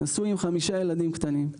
נשוי עם חמישה ילדים קטנים.